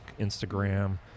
Instagram